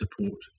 support